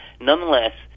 nonetheless